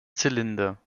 zylinder